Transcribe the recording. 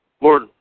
Lord